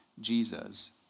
Jesus